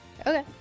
Okay